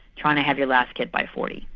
trying to have your last kid by forty.